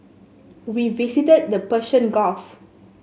we visited the Persian Gulf